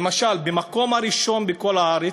למשל: במקום ראשון בכל הארץ,